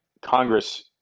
Congress